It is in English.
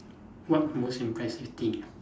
what most impressive thing ah